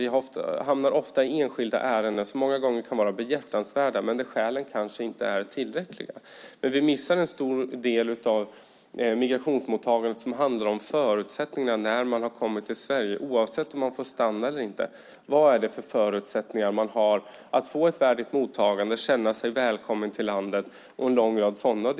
Vi hamnar ofta i enskilda ärenden som många gånger kan vara behjärtansvärda men där skälen kanske inte är tillräckliga. Men vi missar en stor del av migrationsmottagandet som handlar om förutsättningarna när man har kommit till Sverige, oavsett om man får stanna eller inte. Det handlar om vilka förutsättningar man har att få ett värdigt mottagande och känna sig välkommen till landet och annat.